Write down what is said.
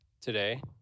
today